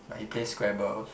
I play Scrabble